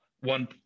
one